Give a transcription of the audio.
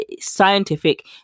scientific